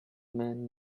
man